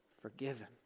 forgiven